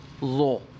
law